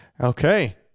Okay